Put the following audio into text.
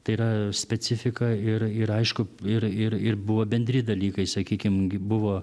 tai yra specifiką ir ir aišku ir ir ir buvo bendri dalykai sakykim buvo